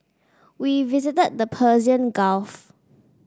we visited the Persian Gulf